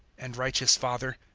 and, righteous father,